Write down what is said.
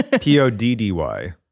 P-O-D-D-Y